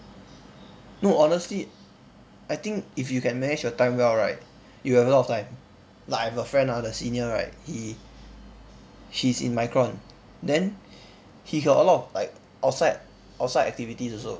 no honestly I think if you can manage your time well right you have a lot of time like I have a friend ah the senior right he he's in micron then he got a lot of like outside outside activities also